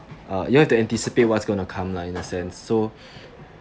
uh you have to anticipate what's going to come lah in a sense so